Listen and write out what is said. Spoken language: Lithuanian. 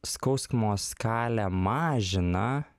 skausmo skalę mažina